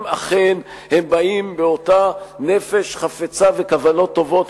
אם אכן הם באים באותה נפש חפצה וכוונות טובות,